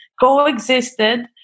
coexisted